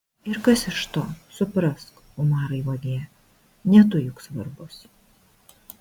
ir kas iš to suprask umarai vagie ne tu juk svarbus